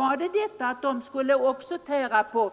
Är det för att också de nu skall tära på